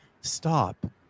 stop